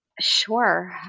Sure